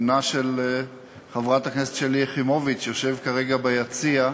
בנה של חברת הכנסת שלי יחימוביץ יושב כרגע ביציע,